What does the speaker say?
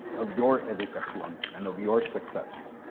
of your educacion, and of your success,